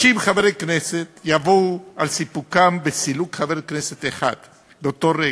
90 חברי כנסת יבואו על סיפוקם בסילוק חבר כנסת אחד באותו רגע.